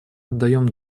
отдаем